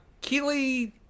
Keely